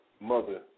mother